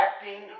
acting